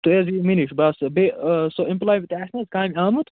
تُہۍ حظ یِیِو مےٚ نِش بہٕ آسو بیٚیہِ سۄ اِمپُلاے تہِ آسہِ نا حظ کامہِ آمُت